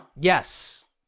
Yes